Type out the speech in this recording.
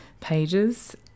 pages